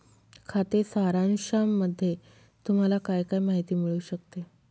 खाते सारांशामध्ये तुम्हाला काय काय माहिती मिळू शकते?